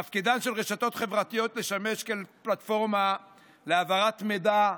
תפקידן של רשתות חברתיות לשמש פלטפורמה להעברת מידע,